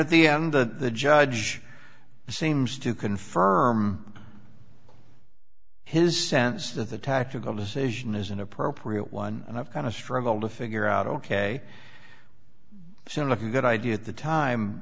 at the end that the judge seems to confirm his sense that the tactical decision is an appropriate one and i've kind of struggled to figure out ok so looking good idea at the time